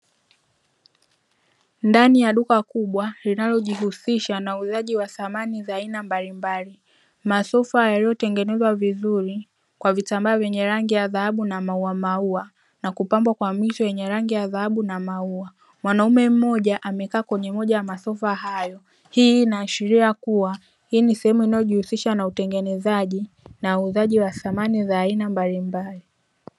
Ndani ya duka kubwa linalojihusisha na uuzaji wa samani za aina mbalimbali masufa yaliyotengenezwa vizuri kwa vitambaa vyenye rangi ya dhahabu na maua, na kupambwa kwa miji yenye rangi ya dhahabu na maua mwanaume mmoja amekaa kwenye moja ya masofa hayo, hii inaashiria kuwa hii ni sehemu inayojihusisha na utengenezaji na uuzaji wa samani za aina mbalimbali.